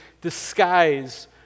disguise